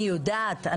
אני יודעת,